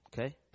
okay